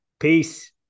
Peace